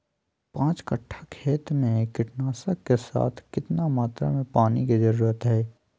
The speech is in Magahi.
पांच कट्ठा खेत में कीटनाशक के साथ कितना मात्रा में पानी के जरूरत है?